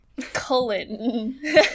Cullen